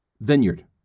vineyard